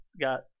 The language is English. Got